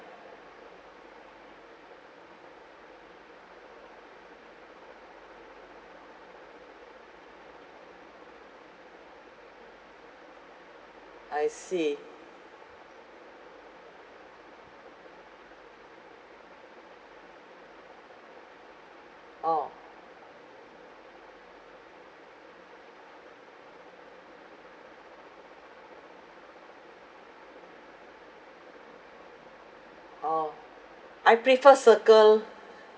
I see orh orh I prefer circle